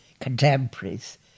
contemporaries